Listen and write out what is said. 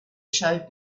showed